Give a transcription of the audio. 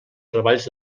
treballs